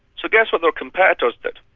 so guess what their competitors did?